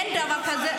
אין דבר כזה.